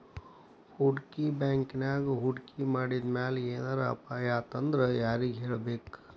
ಹೂಡ್ಕಿ ಬ್ಯಾಂಕಿನ್ಯಾಗ್ ಹೂಡ್ಕಿ ಮಾಡಿದ್ಮ್ಯಾಲೆ ಏನರ ಅಪಾಯಾತಂದ್ರ ಯಾರಿಗ್ ಹೇಳ್ಬೇಕ್?